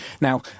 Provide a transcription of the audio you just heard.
Now